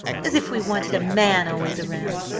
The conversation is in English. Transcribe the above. as if we wanted a man always around!